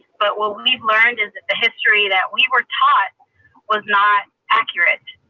but what we've learned is that the history that we were taught was not accurate,